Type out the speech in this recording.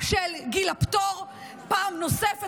גיל הפטור פעם נוספת,